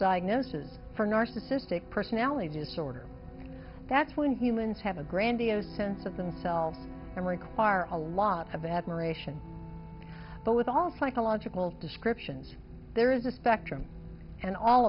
diagnosis for narcissistic personality disorder that's when humans have a grandiose sense of themselves and require a lot of admiration but with all psychological descriptions there is a spectrum and all